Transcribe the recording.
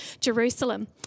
Jerusalem